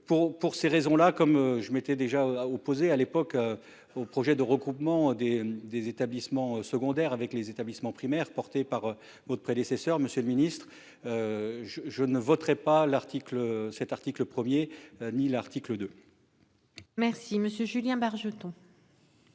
Pour ces raisons, comme je m'étais déjà opposé au projet de regroupement des établissements secondaires avec les établissements primaires, porté par votre prédécesseur, monsieur le ministre, je ne voterai pas l'article 1 ni l'article 2. La parole est à M. Julien Bargeton,